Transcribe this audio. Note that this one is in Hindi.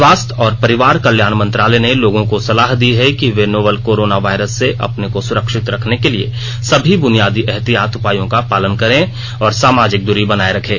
स्वास्थ्य और परिवार कल्याण मंत्रालय ने लोगों को सलाह दी है कि वे नोवल कोरोना वायरस से अपने को सुरक्षित रखने के लिए सभी बुनियादी एहतियाती उपायों का पालन करें और सामाजिक दूरी बनाए रखें